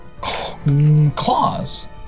Claws